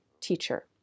teacher